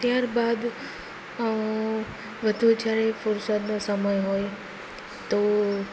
ત્યારબાદ વધુ જ્યારે ફુરસદનો સમય હોય તો